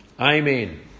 Amen